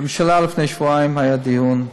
בממשלה לפני שבועיים היה דיון,